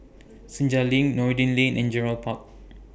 Senja LINK Noordin Lane and Gerald Park